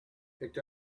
picked